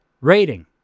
rating